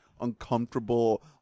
uncomfortable